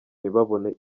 ntibabone